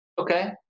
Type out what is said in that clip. Okay